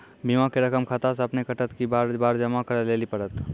बीमा के रकम खाता से अपने कटत कि बार बार जमा करे लेली पड़त?